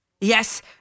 Yes